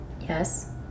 Yes